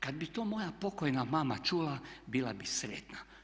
Kad bi to moja pokojna mama čula bila bi sretna.